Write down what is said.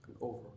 over